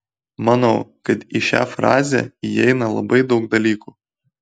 manau kad į šią frazę įeina labai daug dalykų